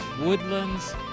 woodlands